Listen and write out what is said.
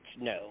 no